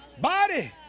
body